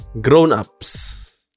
Grown-ups